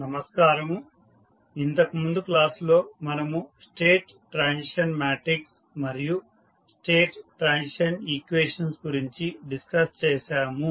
నమస్కారము ఇంతకు ముందు క్లాస్ లో మనము స్టేట్ ట్రాన్సిషన్ మాట్రిక్స్ మరియు స్టేట్ ట్రాన్సిషన్ ఈక్వేషన్స్ గురించి డిస్కస్ చేసాము